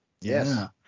Yes